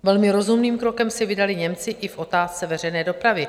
Velmi rozumným krokem se vydali Němci i v otázce veřejné dopravy.